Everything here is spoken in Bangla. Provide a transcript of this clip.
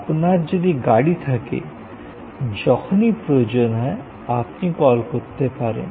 আপনার যদি গাড়ি থাকে যখনই প্রয়োজন হয় আপনি কল করতে পারেন